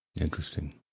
Interesting